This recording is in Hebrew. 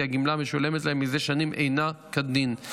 כי הגמלה המשולמת להם מזה שנים אינה כדין.